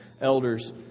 elders